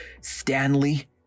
Stanley